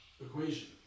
equation